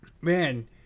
man